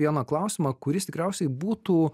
vieną klausimą kuris tikriausiai būtų